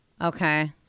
Okay